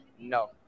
No